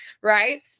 right